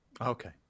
Okay